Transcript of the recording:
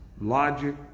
logic